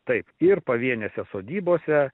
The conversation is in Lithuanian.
taip ir pavienėse sodybose